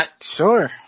Sure